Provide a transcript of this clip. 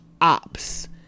ops